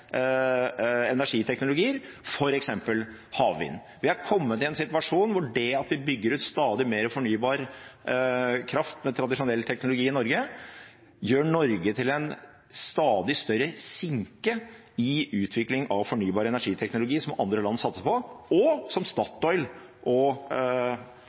energiteknologier, f.eks. havvind. Vi er kommet i en situasjon hvor det at vi bygger ut stadig mer og fornybar kraft med tradisjonell teknologi i Norge, gjør Norge til en stadig større sinke i utvikling av fornybar energiteknologi, som andre land satser på, og som Statoil og